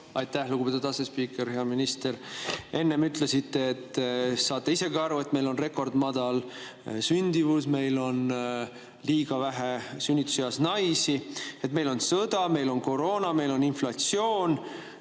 Aitäh, lugupeetud asespiiker! Hea minister! Enne ütlesite, et saate isegi aru, et meil on rekordmadal sündimus, meil on liiga vähe sünnituseas naisi. Meil on sõda, meil on koroona, meil on inflatsioon